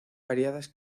variadas